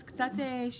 את קצת שינית.